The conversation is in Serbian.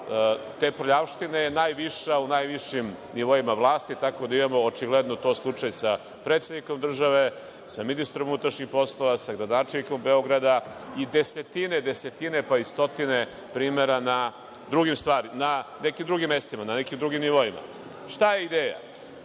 te prljavštine je najviša u najvišim nivoima vlasti, tako da imamo, očigledno je to slučaj sa predsednikom države, sa ministrom unutrašnjih poslova, sa gradonačelnikom Beograda i desetine, desetine, pa i stotine primera na nekim drugim mestima, na nekim drugim nivoima. Šta je ideja?